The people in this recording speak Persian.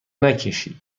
نکشی